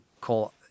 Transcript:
call